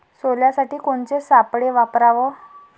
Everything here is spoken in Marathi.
सोल्यासाठी कोनचे सापळे वापराव?